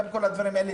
גם את כל הדברים האלה,